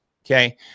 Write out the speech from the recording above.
Okay